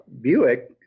Buick